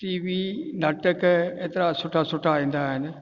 T V नाटक एतिरा सुठा सुठा ईंदा आहिनि